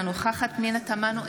אינה נוכחת פנינה תמנו,